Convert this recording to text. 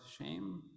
shame